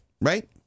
Right